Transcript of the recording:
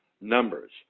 numbers